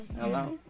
Hello